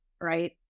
right